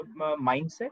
mindset